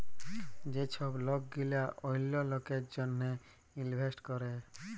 যে ছব লক গিলা অল্য লকের জ্যনহে ইলভেস্ট ক্যরে